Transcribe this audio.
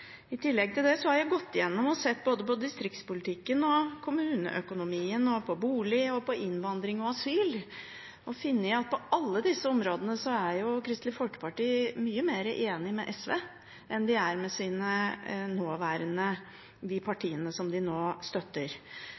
I tillegg til det har jeg gått igjennom og sett på distriktspolitikken, på kommuneøkonomien og på bolig, innvandring og asyl, og jeg har funnet at på alle disse områdene er Kristelig Folkeparti mye mer enig med SV enn med de partiene de nå støtter.